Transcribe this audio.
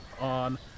on